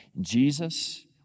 Jesus